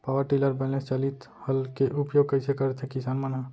Power tiller बैलेंस चालित हल के उपयोग कइसे करथें किसान मन ह?